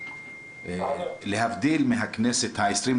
להבדיל מהכנסת ה-20,